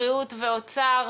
בריאות ואוצר,